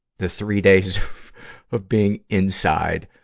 the three days of being inside.